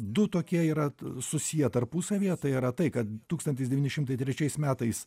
du tokie yra susiję tarpusavyje tai yra tai kad tūkstantis devyni šimtai trečiais metais